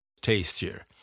tastier